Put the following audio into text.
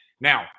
Now